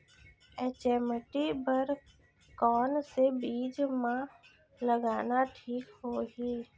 HMT बर कौन से बीज मा लगाना ठीक होही?